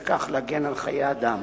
ובכך להגן על חיי אדם.